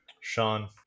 sean